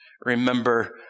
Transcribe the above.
Remember